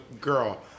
Girl